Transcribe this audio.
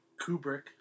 Kubrick